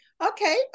Okay